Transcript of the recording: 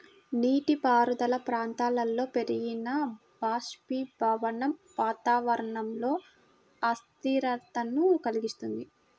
నీటిపారుదల ప్రాంతాలలో పెరిగిన బాష్పీభవనం వాతావరణంలో అస్థిరతను కలిగిస్తుంది